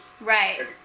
right